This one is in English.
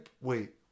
wait